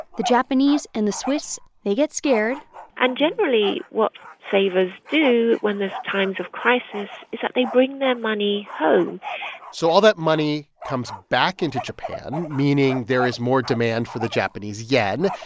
the japanese and the swiss, they get scared and generally what savers do when there's times of crisis is that they bring their money home so all that money comes back into japan meaning there is more demand for the japanese yen,